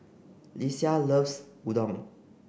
Lesia loves Udon